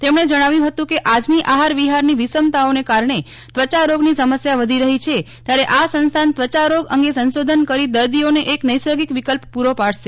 તેમણે જણાવ્યું હતું કે આજની આહાર વિહારની વિષમતાઓને કારણે ત્વચા રોગની સમસ્યા વધી રહી છે ત્યારે આ સંસ્થાન ત્વચા રોગ અંગે સંશોધન કરી દર્દીઓને એક નૈસર્ગિક વિકલ્પ પૂરો પાડશે